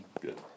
Good